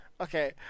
Okay